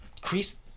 Crease